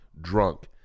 drunk